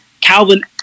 Calvin